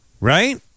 right